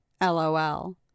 LOL